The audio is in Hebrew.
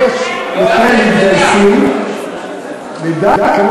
ויש יותר מתגייסים, איך נדע?